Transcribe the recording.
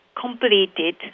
completed